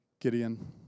Gideon